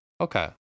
Okay